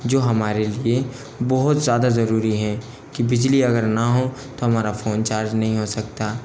जो हमारे लिए बहुत ज़्यादा ज़रूरी है कि बिजली अगर ना हो तो हमारा फ़ोन चार्ज नहीं हो सकता